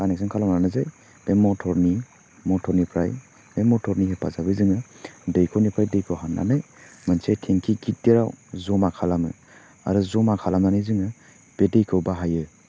connection खालामनानैसो बे मटरनि मटरनिफ्राय बे मटरनि हेफाजाबै जोङो दैखरनिफ्राय दैखौ हान्नानै मोनसे टेंकि गिद्दिराव जमा खालामो आरो जमा खालामनानै जोङो बे दैखौ बाहायो